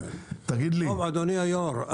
אדוני היושב-ראש,